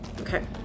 Okay